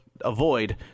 avoid